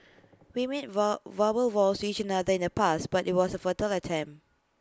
we made verbal vows to each other in the past but IT was A futile attempt